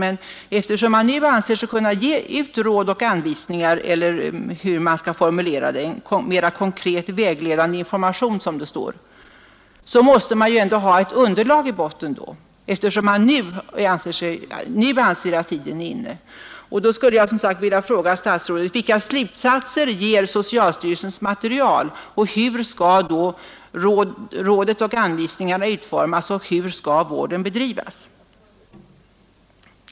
Men eftersom man nu anser sig kunna ge ut råd och anvisningar — eller ”en mera konkret vägledande information”, som det står — måste man ju ändå ha ett underlag i botten. Jag vill också fråga statsrådet: Hur skall då råden och anvisningarna utformas, och hur skall vården bedrivas?